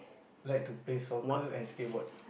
like to play soccer and skateboard